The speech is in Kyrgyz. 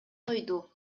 койду